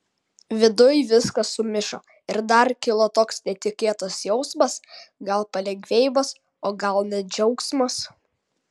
viduj viskas sumišo ir dar kilo toks netikėtas jausmas gal palengvėjimas o gal net džiaugsmas